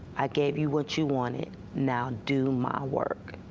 i gave you what you wanted, now do my work.